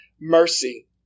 mercy